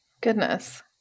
goodness